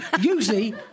usually